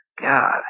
God